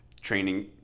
training